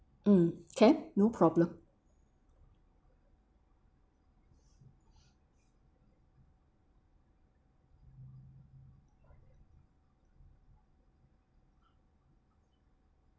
mm can no problem